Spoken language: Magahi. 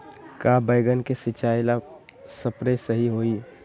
का बैगन के सिचाई ला सप्रे सही होई?